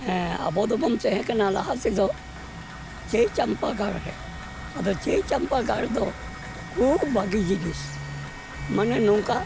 ᱟᱵᱚᱫᱚᱵᱚᱱ ᱛᱟᱦᱮᱸ ᱠᱟᱱᱟ ᱞᱟᱦᱟ ᱛᱮᱫᱚ ᱪᱟᱹᱭᱪᱟᱢᱯᱟ ᱜᱟᱲ ᱨᱮ ᱟᱫᱚ ᱪᱟᱹᱭᱪᱟᱢᱯᱟ ᱜᱟᱲ ᱫᱚ ᱠᱷᱩᱵ ᱵᱷᱟᱜᱮ ᱡᱤᱱᱤᱥ ᱢᱟᱱᱮ ᱱᱚᱝᱠᱟ